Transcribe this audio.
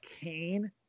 Kane